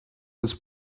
was